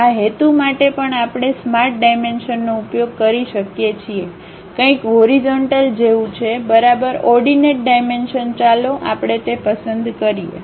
આ હેતુ માટે પણ આપણે સ્માર્ટ ડાયમેન્શનનો ઉપયોગ કરી શકીએ છીએ કંઈક હોરીજનટલ જેવું છે બરાબર ઓર્ડિનેટ ડાયમેન્શન ચાલો આપણે તે પસંદ કરીએ